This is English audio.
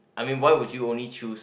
I mean why would you only choose